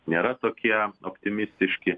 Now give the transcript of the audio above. nėra tokie optimistiški